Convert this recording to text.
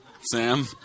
Sam